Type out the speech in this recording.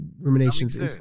Ruminations